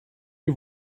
die